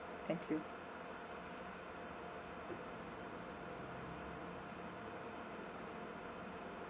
thank you